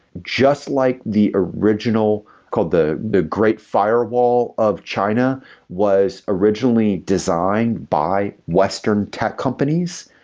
just like the original, called the the great firewall of china was originally designed by western tech companies,